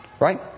right